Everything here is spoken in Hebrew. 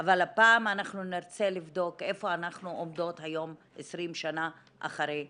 אבל הפעם אנחנו נרצה לבדוק איפה אנחנו עומדות היום 20 שנה אחרי הדוח.